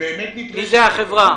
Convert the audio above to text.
מי זו החברה?